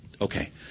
Okay